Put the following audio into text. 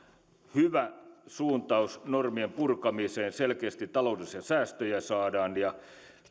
hyvä suuntaus normien purkamiseen selkeästi taloudellisia säästöjä saadaan ja saadaan